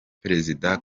perezida